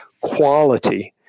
quality